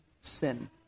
sin